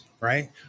right